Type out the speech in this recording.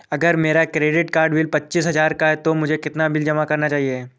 अगर मेरा credit card bill पच्चीस हजार का है तो मुझे कितना बिल जमा करना चाहिए?